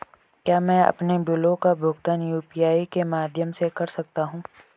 क्या मैं अपने बिलों का भुगतान यू.पी.आई के माध्यम से कर सकता हूँ?